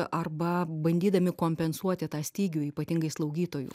arba bandydami kompensuoti tą stygių ypatingai slaugytojų